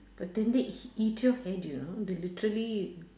but then they eat your head you know they literally